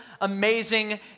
amazing